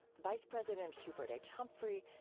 vice president hubert h. humphrey,